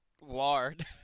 lard